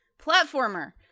Platformer